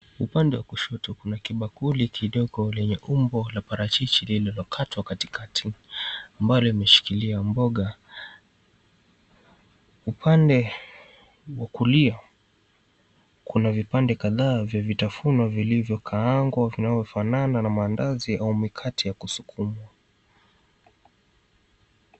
Upande wa kushoto kuna kibakuli kidogo lenye umbo la parachichi lililokatwa katikati ambayo imeshikilia mboga. Upande wa kulia, kuna vipande kadhaa vya vitafunwa vilivyokaangwa vinavyofanana na maandazi au mikate ya kusukumwa.